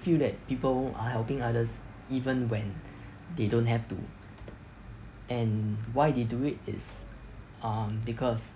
feel that people are helping others even when they don't have to and why they do it is um because